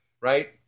right